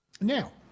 Now